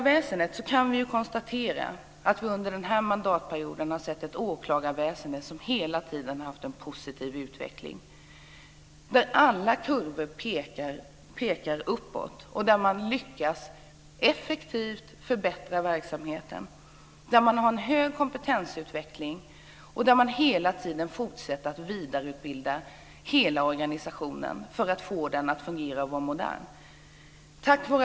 Vi kan konstatera att åklagarväsendet har utvecklats positivt under hela denna mandatperiod. Alla kurvor pekar uppåt. Man har lyckats effektivisera och förbättra verksamheten. Man har en hög kompetensutveckling, och man fortsätter att vidareutbilda hela organisationen för att få den att fungera och göra den modern.